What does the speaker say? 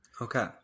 Okay